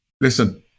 Listen